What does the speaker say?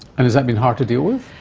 and has that been hard to deal with?